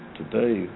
today